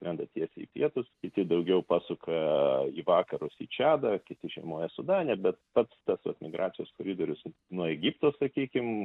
skrenda tiesiai į pietus kiti daugiau pasuka į vakarus į čadą kiti žiemoja sudane bet pats tas vat migracijos koridorius nuo egipto sakykim